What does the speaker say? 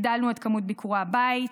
הגדלנו את מספר ביקורי הבית,